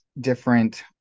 different